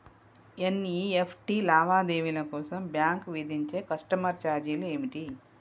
NEFT లావాదేవీల కోసం bank విధించే కస్టమర్ ఛార్జీలు ఏమిటి?